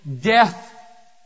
death